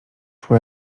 szło